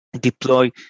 deploy